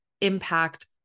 impact